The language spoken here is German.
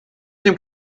dem